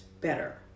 better